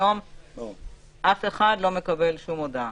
היום אף אחד לא מקבל שום הודעה.